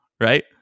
right